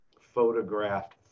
photographed